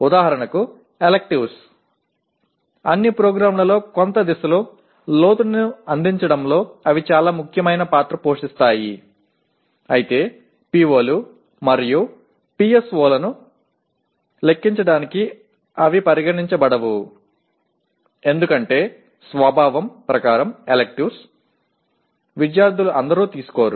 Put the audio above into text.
ఉదాహరణకు ఎలెక్టివ్స్ అన్ని ప్రోగ్రామ్లలో కొంత దిశలో లోతును అందించడంలో అవి చాలా ముఖ్యమైన పాత్ర పోషిస్తాయి అయితే POలు మరియు PSOలను లెక్కించడానికి అవి పరిగణించబడవు ఎందుకంటే స్వభావం ప్రకారం ఎలిక్టివ్స్ విద్యార్థులు అందరూ తీసుకోరు